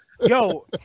Yo